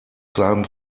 seinem